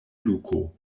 luko